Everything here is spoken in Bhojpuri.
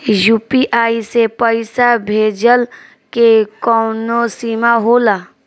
यू.पी.आई से पईसा भेजल के कौनो सीमा होला?